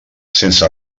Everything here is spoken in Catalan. sense